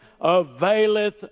availeth